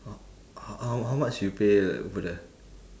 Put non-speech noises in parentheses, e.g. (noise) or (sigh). (noise) how how how much you pay over there